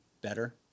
Better